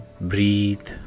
Breathe